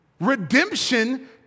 Redemption